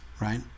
right